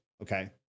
okay